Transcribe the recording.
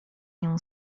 nią